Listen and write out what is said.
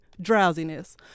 drowsiness